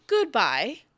goodbye